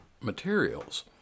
materials